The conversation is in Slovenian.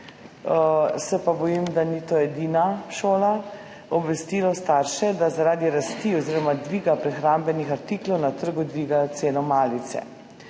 se pa bojim, da ni to edina šola – obvestilo starše, da zaradi rasti oziroma dviga prehrambnih artiklov na trgu dvigajo ceno malice.